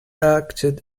acted